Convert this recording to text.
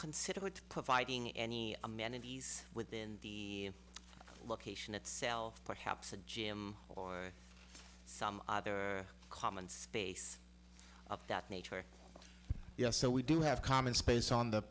considered providing any amenities within look ation itself perhaps a gym or some other common space of that nature yes so we do have common space on the